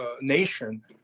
nation